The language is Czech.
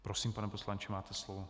Prosím, pane poslanče, máte slovo.